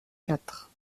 quatre